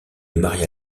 maria